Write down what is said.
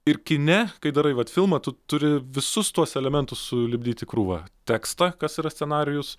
ir kine kai darai vat filmą turi visus tuos elementus sulipdyt į krūvą tekstą kas yra scenarijus